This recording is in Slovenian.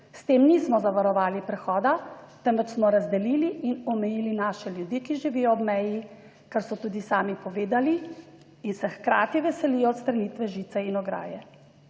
S tem nismo zavarovali prehoda, temveč smo razdelili in omejili naše ljudi, ki živijo ob meji, kar so tudi sami povedali in se hkrati veselijo odstranitve žice in ograje.